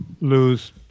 lose